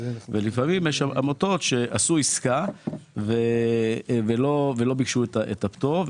לפעמים יש שם עמותות שעשו עסקה ולא ביקשו את הפטור.